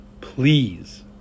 please